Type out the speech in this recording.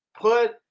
put